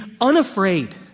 unafraid